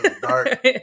dark